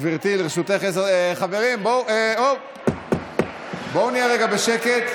גברתי, לרשותך עשר, חברים, בואו נהיה רגע בשקט.